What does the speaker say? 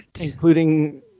including